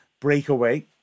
breakaway